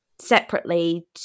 separately